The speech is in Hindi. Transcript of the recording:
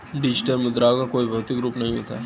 डिजिटल मुद्राओं का कोई भौतिक रूप नहीं होता